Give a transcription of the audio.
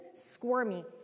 squirmy